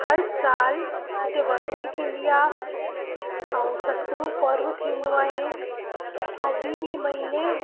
हर साल हिते वर्सी थींदी आहे ऐं सतगुरु पर्व थींदो आहे और ॿी ॿी महिने